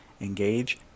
engage